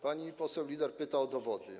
Pani poseł Lieder pyta o dowody.